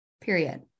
period